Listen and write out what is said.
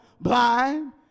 blind